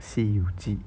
西游记